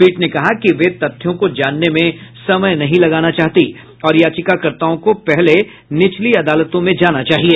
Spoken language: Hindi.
पीठ ने कहा है कि वे तथ्यों को जानने में समय नहीं लगाना चाहती और याचिकाकर्ताओं को पहले निचली अदालतों में जाना चाहिए